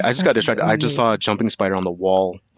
i just got distracted. i just saw jumping spider on the wall.